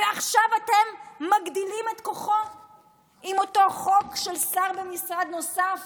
ועכשיו אתם מגדילים את כוחו באותו חוק של שר במשרד נוסף